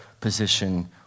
position